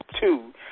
two